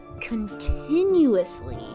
continuously